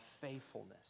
faithfulness